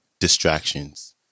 distractions